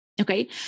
Okay